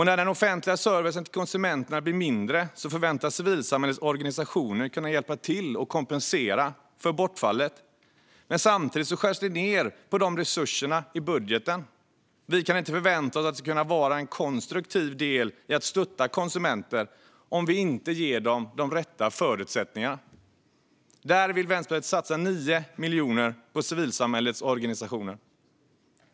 När den offentliga servicen till konsumenterna blir mindre förväntas civilsamhällets organisationer kunna hjälpa till och kompensera för bortfallet. Men samtidigt skärs det ned på dessa resurser i budgeten. Vi kan inte förvänta oss att de ska kunna vara en konstruktiv del i att stötta konsumenterna om vi inte ger dem de rätta förutsättningarna. Därför vill Vänsterpartiet satsa 9 miljoner kronor på civilsamhällets organisationer.